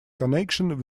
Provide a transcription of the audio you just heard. connection